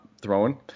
throwing